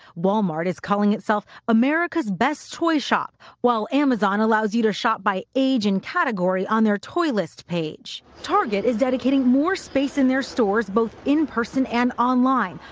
walmart is calling itself america's best toy shop while amazon allows you to shop by age and category on their toy list page. target is dedicating more space in their stores both in person and online,